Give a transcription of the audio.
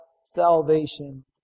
salvation